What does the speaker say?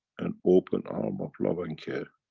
and open arm of love and care.